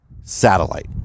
satellite